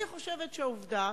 אני חושבת שהידיעה,